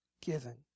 given